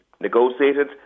negotiated